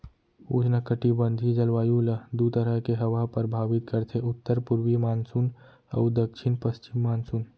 उस्नकटिबंधीय जलवायु ल दू तरह के हवा ह परभावित करथे उत्तर पूरवी मानसून अउ दक्छिन पस्चिम मानसून